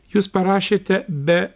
jūs parašėte be